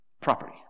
Property